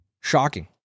Shocking